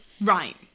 Right